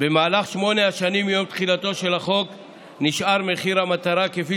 במהלך שמונה שנים מיום תחילתו של החוק נשאר מחיר המטרה כפי